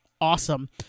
awesome